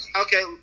Okay